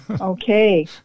Okay